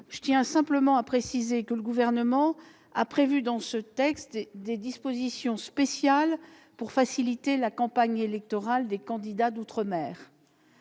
Je tiens simplement à préciser que le Gouvernement a prévu dans ce texte des dispositions spéciales pour faciliter la campagne électorale des candidats d'outre-mer.